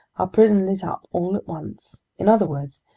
our prison lit up all at once in other words,